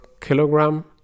kilogram